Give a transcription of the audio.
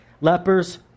Lepers